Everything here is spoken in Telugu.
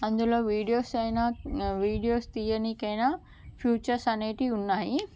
అందులో వీడియోస్ అయినా వీడియోస్ తీయడానికి అయిన ఫీచర్స్ అనేటివి ఉన్నాయి